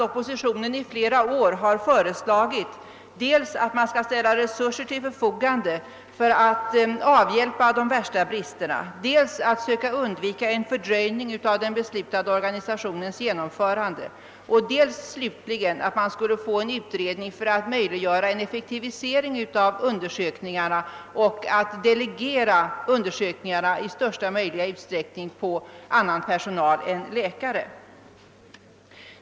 Oppositionen har i flera år föreslagit dels att man skall ställa resurser till förfogande för att avhjälpa de värsta bristerna, dels att man skall försöka undvika en fördröjning av den beslutade organisationens genomförande, dels slutligen att man skall tillsätta en utredning för att möjliggöra en effektivisering av undersökningarna och för att i största möjliga utsträckning delegera undersökningarna på annan personal än läkare.